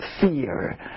fear